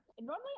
Normally